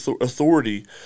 authority